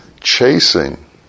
chasing